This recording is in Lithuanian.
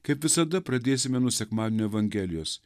kaip visada pradėsime nuo sekmadienio evangelijos